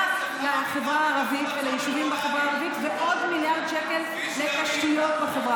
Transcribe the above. כל כך הרבה כסף, למה ביטלתם את עפולה צומת גולני?